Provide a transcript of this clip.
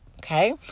okay